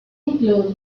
include